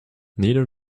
neither